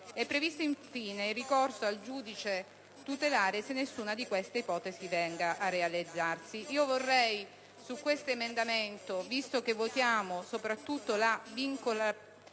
È previsto, infine, il ricorso al giudice tutelare se nessuna di questa ipotesi venga a realizzarsi. Signor Presidente, su questo emendamento, visto che votiamo soprattutto la vincolatività